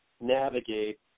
navigate